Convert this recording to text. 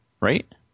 right